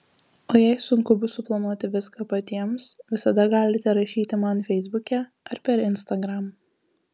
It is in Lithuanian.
o jei sunku bus suplanuoti viską patiems visada galite rašyti man feisbuke ar per instagram